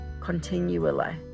continually